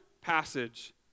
passage